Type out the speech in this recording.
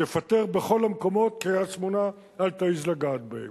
תפטר בכל המקומות, קריית-שמונה, אל תעז לגעת בהם.